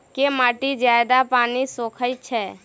केँ माटि जियादा पानि सोखय छै?